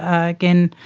ah again,